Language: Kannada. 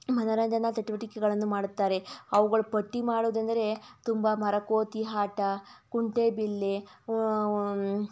ಮನರಂಜನಾ ಚಟುವಟಿಕೆಗಳನ್ನು ಮಾಡುತ್ತಾರೆ ಅವುಗಳ ಪಟ್ಟಿ ಮಾಡುವುದೆಂದರೆ ತುಂಬ ಮರಕೋತಿ ಆಟ ಕುಂಟೆಬಿಲ್ಲೆ